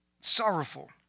sorrowful